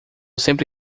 sempre